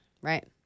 Right